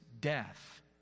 death